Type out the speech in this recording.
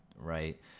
right